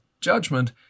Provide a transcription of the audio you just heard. judgment